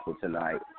tonight